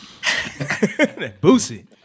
Boosie